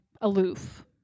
aloof